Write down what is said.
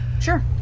Sure